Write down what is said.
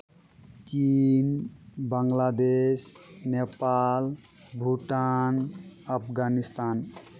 ᱪᱤᱱ ᱵᱟᱝᱞᱟᱫᱮᱥ ᱱᱮᱯᱟᱞ ᱵᱷᱩᱴᱟᱱ ᱟᱯᱷᱜᱟᱱᱤᱥᱛᱷᱟᱱ